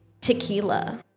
tequila